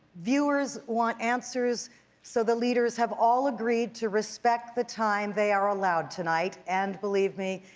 viewers want answers so the leaders have all agreed to respect the time they are allowed tonight. and, believe me,